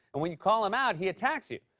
and when you call him out, he attacks you.